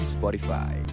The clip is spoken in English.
Spotify